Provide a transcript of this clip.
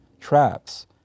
traps